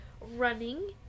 Running